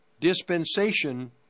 dispensation